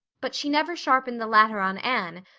but she never sharpened the latter on anne,